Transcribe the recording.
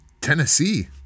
Tennessee